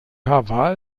war